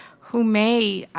who may,